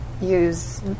use